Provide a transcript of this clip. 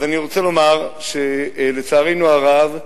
אז אני רוצה לומר, שלצערנו הרב,